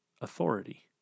authority